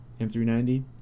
M390